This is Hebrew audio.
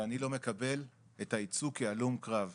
ואני לא מקבל את הייצוג כהלום קרב.